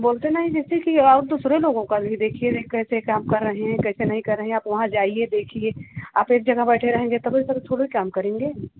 बोलते नहीं किसी कि और दूसरे लोगों का भी देखिए ना कैसे काम कर रहे हैं कैसे नहीं कर रहे हैं आप वहाँ जाइए देखिए आप एक जगह बैठे रहेंगे तो वर्कर थोड़ी काम करेंगे